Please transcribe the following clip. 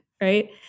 right